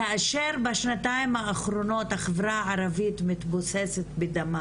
כאשר בשנתיים האחרונות החברה הערבית מתבוססת בדמה